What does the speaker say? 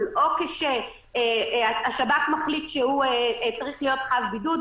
או כשהשב"כ מחליט שהוא צריך להיות חב בידוד,